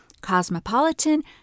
Cosmopolitan